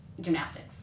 gymnastics